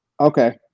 Okay